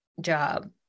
job